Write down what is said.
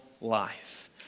life